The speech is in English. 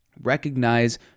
recognize